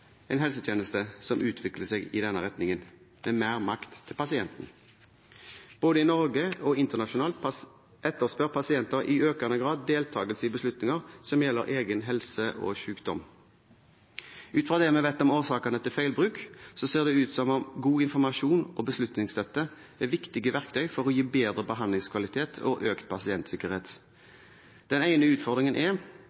en helsetjeneste som utvikler seg i denne retningen, med mer makt til pasienten. Både i Norge og internasjonalt etterspør pasienter i økende grad deltagelse i beslutninger som gjelder egen helse og sykdom. Ut fra det vi vet om årsakene til feil bruk, ser det ut som om god informasjon og beslutningsstøtte er viktige verktøy for å gi bedre behandlingskvalitet og økt pasientsikkerhet.